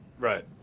Right